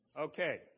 Okay